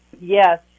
yes